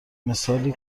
مثالی